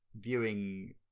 viewing